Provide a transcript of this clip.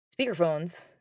speakerphones